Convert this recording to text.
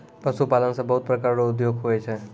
पशुपालन से बहुत प्रकार रो उद्योग हुवै छै